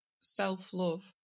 self-love